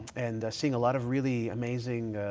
and seeing a lot of really amazing,